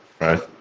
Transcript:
right